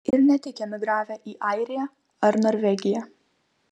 ir ne tik emigravę į airiją ar norvegiją